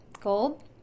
Gold